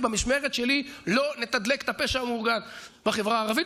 ובמשמרת שלי לא נתדלק את הפשע המאורגן בחברה הערבית,